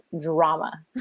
drama